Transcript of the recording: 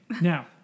Now